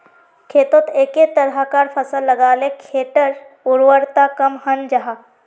खेतोत एके तरह्कार फसल लगाले खेटर उर्वरता कम हन जाहा